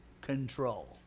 control